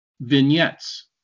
vignettes